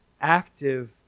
active